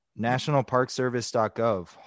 NationalParkService.gov